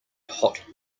hot